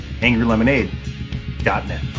angrylemonade.net